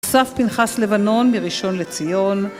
יוסף פנחס לבנון מראשון לציון